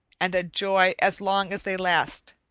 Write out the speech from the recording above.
and a joy as long as they last.